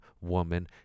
woman